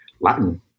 Latin